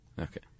Okay